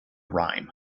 rhyme